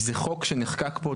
זה חוק שנחקק פה,